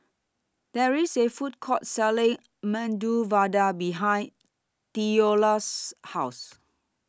There IS A Food Court Selling Medu Vada behind Theola's House